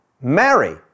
Marry